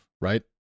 right